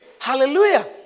Hallelujah